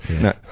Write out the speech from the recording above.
No